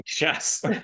Yes